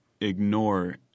ignore